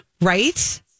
Right